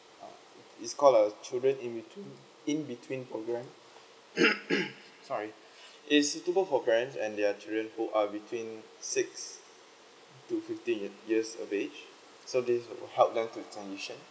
uh is called uh children in between in between program sorry is suitable for parents and their children who are between six to fifteen ye~ years of age so this will help them to turn vision